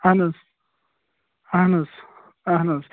اَہَن حظ اَہَن حظ اَہَن حظ